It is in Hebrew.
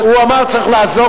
הוא אמר: צריך לעזור.